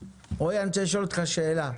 אני רוצה לשאול אותך שאלה,